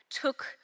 took